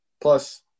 plus